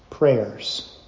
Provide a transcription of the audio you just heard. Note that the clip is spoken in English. Prayers